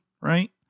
right